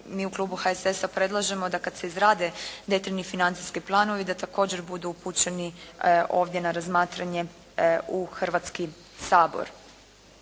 mi u Klubu HSS-a predlažemo da kad se izrade detaljni financijski planovi da također budu upućeni ovdje na razmatranje u Hrvatski sabor.